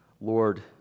Lord